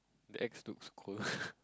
the X looks cool